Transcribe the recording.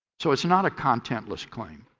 so it is not a contentless claim.